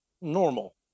normal